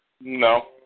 No